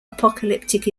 apocalyptic